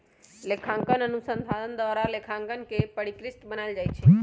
लेखांकन अनुसंधान द्वारा लेखांकन के परिष्कृत बनायल जाइ छइ